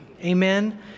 Amen